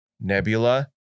nebula